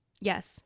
Yes